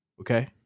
okay